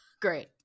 great